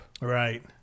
Right